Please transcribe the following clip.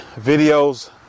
videos